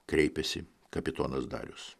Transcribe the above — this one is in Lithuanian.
kreipėsi kapitonas darius